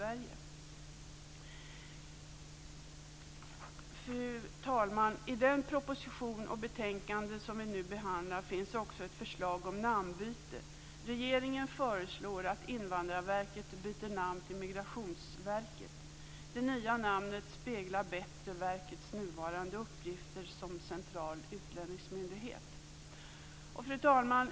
Fru talman! I den proposition och det betänkande som vi nu behandlar finns också ett förslag om namnbyte. Regeringen föreslår att Invandrarverket byter namn till Migrationsverket. Det nya namnet speglar bättre verkets nuvarande uppgifter som central utlänningsmyndighet. Fru talman!